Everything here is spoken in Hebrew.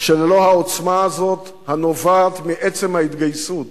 שללא העוצמה הזאת, הנובעת מעצם ההתגייסות